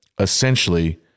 essentially